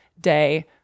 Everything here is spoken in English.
day